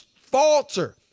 falter